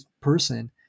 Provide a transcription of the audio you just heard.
person